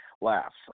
laughs